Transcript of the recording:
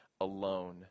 alone